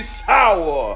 sour